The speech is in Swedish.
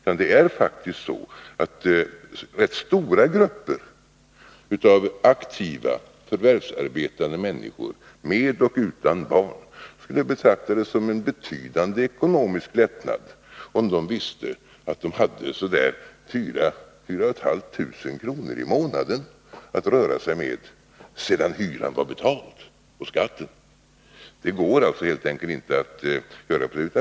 Men rätt stora grupper av aktiva, förvärvsarbetande människor — med eller utan barn — skulle faktiskt betrakta det som en betydande ekonomisk lättnad, om de hade 4 000-4 500 kr. i månaden att röra sig med sedan hyran och skatten var betald. Man kan alltså inte räkna på det viset.